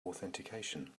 authentication